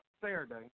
Saturday